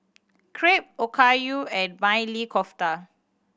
Crepe Okayu and Maili Kofta